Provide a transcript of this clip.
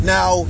Now